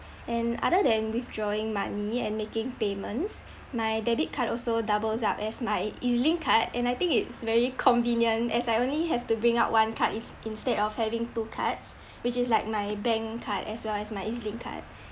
and other than withdrawing money and making payments my debit card also doubles up as my ezlink card and I think it's very convenient as I only have to bring out one card is instead of having two cards which is like my bank card as well as my ezlink card